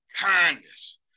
kindness